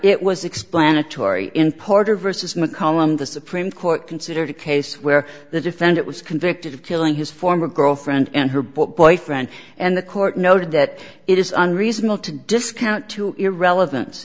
it was explanatory in puerto versus mccollum the supreme court considered a case where the defendant was convicted of killing his former girlfriend and her book boyfriend and the court noted that it is unreasonable to discount to irrelevance